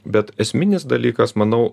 bet esminis dalykas manau